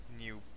new